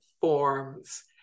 forms